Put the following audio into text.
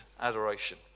adoration